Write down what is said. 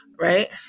Right